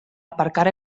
aparcar